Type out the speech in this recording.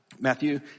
Matthew